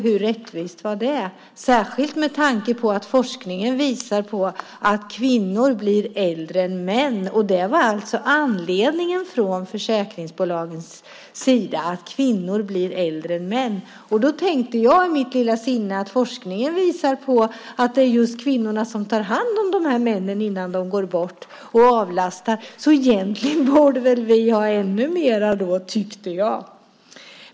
Hur rättvist var det, särskilt med tanke på att forskningen visar på att kvinnor blir äldre än män? Det var alltså anledningen från försäkringsbolagens sida, att kvinnor blir äldre än män. Då tänkte jag i mitt stilla sinne att forskningen visar på att det är just kvinnorna som avlastar och tar hand om de här männen innan de går bort. Egentligen borde väl vi då ha ännu mer, tyckte jag.